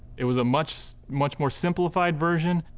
it was a much, much more simplified version.